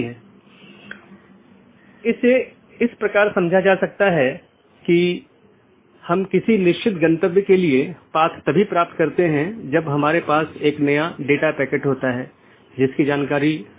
यह एक चिन्हित राउटर हैं जो ऑटॉनमस सिस्टमों की पूरी जानकारी रखते हैं और इसका मतलब यह नहीं है कि इस क्षेत्र का सारा ट्रैफिक इस क्षेत्र बॉर्डर राउटर से गुजरना चाहिए लेकिन इसका मतलब है कि इसके पास संपूर्ण ऑटॉनमस सिस्टमों के बारे में जानकारी है